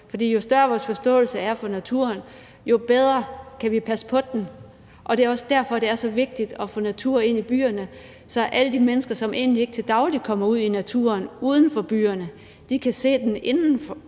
jo større vores forståelse er for naturen, jo bedre kan vi passe på den. Det er også derfor, det er så vigtigt at få natur ind i byerne. Så kan alle de mennesker, som egentlig ikke til daglig kommer ud i naturen uden for byerne, se den inde